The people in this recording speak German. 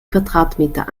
quadratmeter